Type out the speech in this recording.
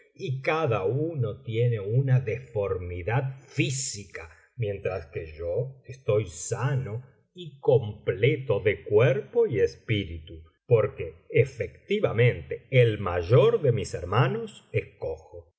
y cada uno tiene una deformidad física mientras que yo estoy sano y completo de cuerpo y espíritu porque efectivamente el mayor de mis hermanos